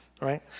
right